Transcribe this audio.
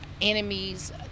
enemies